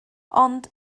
ond